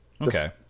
okay